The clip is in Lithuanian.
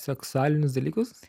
seksualinius dalykus